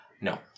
No